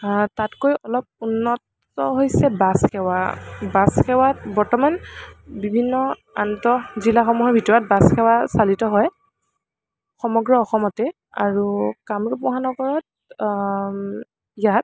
তাতকৈ অলপ উন্নত হৈছে বাছ সেৱা বাছ সেৱাত বৰ্তমান বিভিন্ন আন্তঃজিলাসমূহৰ ভিতৰত বাছ সেৱা চালিত হয় সমগ্ৰ অসমতে আৰু কামৰূপ মহানগৰত ইয়াত